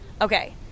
Okay